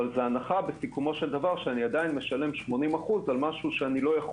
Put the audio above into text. בהנחה שאני עדיין משלם 80% על משהו שאיני יכול